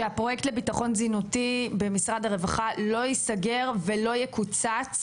שהפרויקט לביטחון תזונתי במשרד הרווחה לא ייסגר ולא יקוצץ,